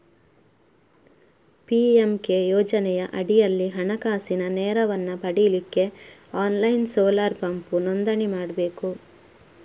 PMK ಯೋಜನೆಯ ಅಡಿಯಲ್ಲಿ ಹಣಕಾಸಿನ ನೆರವನ್ನ ಪಡೀಲಿಕ್ಕೆ ಆನ್ಲೈನ್ ಸೋಲಾರ್ ಪಂಪ್ ನೋಂದಣಿ ಮಾಡ್ಬೇಕು